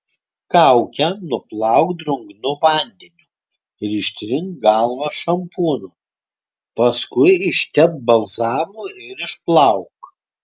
kaukę nuplauk drungnu vandeniu ir ištrink galvą šampūnu paskui ištepk balzamu ir išplauk